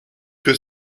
que